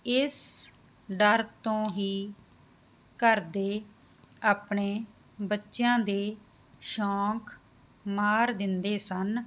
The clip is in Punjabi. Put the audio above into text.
ਇਸ ਡਰ ਤੋਂ ਹੀ ਘਰ ਦੇ ਆਪਣੇ ਬੱਚਿਆਂ ਦੇ ਸ਼ੌਂਕ ਮਾਰ ਦਿੰਦੇ ਸਨ